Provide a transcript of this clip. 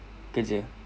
kerja